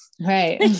Right